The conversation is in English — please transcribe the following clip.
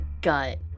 gut